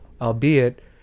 albeit